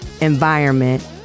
environment